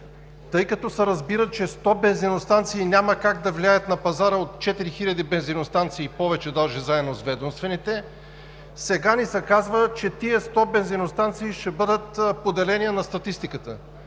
Тъй като се разбира, че 100 бензиностанции няма как да влияят на пазара от 4000 бензиностанции, повече даже – заедно с ведомствените, сега ни се казва, че тези 100 бензиностанции ще бъдат поделения на статистиката